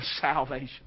salvation